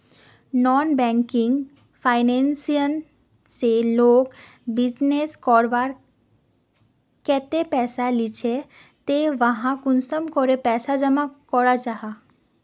Non banking financial से लोग business करवार केते पैसा लिझे ते वहात कुंसम करे पैसा जमा करो जाहा?